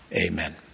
Amen